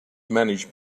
managed